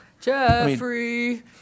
Jeffrey